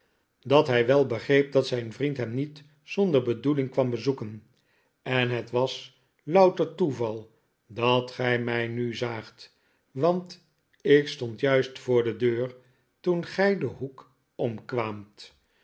dat hij wel begreep dat zijn vriend hem niet zonder bedoeling kwam bezoeken en het was louter toeval dat gij mij nu zaagt want ik stond juist voor de deur toen gij den hoek